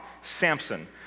Samson